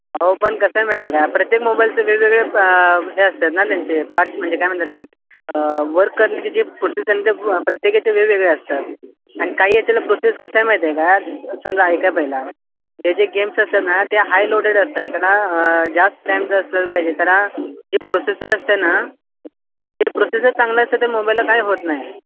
अहो पण कसं आहे माहीत आहे काय प्रत्येक मोबाईलचे वेगवेगळे हे असतात ना त्यांचे पार्ट्स म्हणजे काय म्हणतात वर्क करण्याचे जे प्रोसेसर ते प्रत्येकाचे वेगवेगळे असतात आणि काही याच्याला प्रोसेस कसं आहे माहीत आहे काय समजा ऐका पहिला ते जे गेम्स असतात ना ते हाय लोडेड असतात त्यांना जास्त टायमचा असला पाहिजे त्याला जे प्रोसेसर असतं आहे ना ते प्रोसेसर चांगलं असतं त्या मोबाईलला काय होत नाही